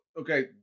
Okay